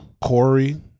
corey